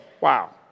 Wow